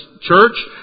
church